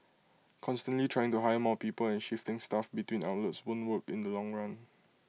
constantly trying to hire more people and shifting staff between outlets won't work in the long run